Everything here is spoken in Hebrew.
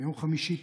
ביום חמישי,